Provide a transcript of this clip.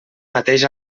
mateix